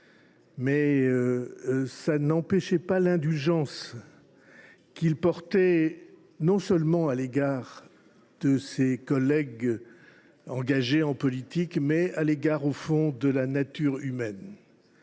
mais cela n’empêchait pas l’indulgence qu’il avait non seulement envers ses collègues engagés en politique, mais aussi à l’égard, au fond, de la nature humaine.